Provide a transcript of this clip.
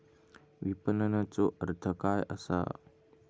विपणनचो अर्थ काय असा?